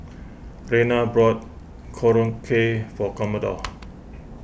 Rayna bought Korokke for Commodore